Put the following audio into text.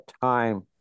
time